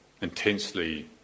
intensely